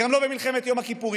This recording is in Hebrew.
גם לא במלחמת יום הכיפורים.